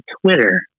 Twitter